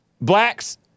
Blacks